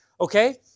Okay